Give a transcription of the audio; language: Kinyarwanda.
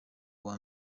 uwa